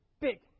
big